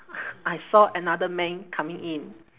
I saw another man coming in